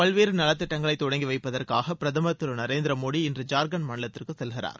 பல்வேறு நலத்திட்டங்களை தொடங்கி வைப்பதற்காக பிரதமர் திரு நரேந்திர மோடி இன்று ஜார்க்கண்ட் மாநிலத்திற்கு செல்கிறார்